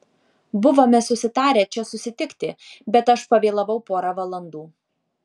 buvome susitarę čia susitikti bet aš pavėlavau pora valandų